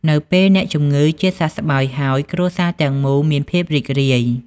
នៅពេលអ្នកជំងឺជាសះស្បើយហើយ គ្រួសារទាំងមូលមានភាពរីករាយ។